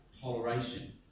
toleration